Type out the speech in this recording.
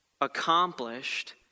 accomplished